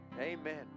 Amen